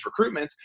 recruitments